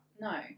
No